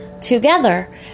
together